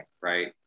right